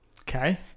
okay